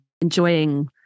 enjoying